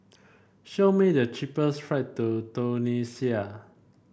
show me the cheapest flight to Tunisia